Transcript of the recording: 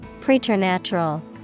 Preternatural